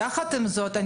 יחד עם זאת,